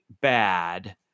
bad